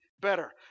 better